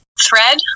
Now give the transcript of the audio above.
thread